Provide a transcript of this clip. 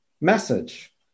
message